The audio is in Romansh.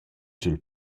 sül